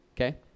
okay